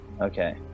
Okay